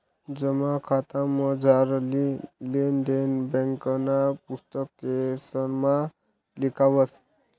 जमा खातामझारली लेन देन ब्यांकना पुस्तकेसमा लिखावस